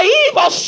evil